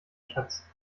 schatz